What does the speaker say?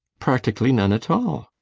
practically none at all.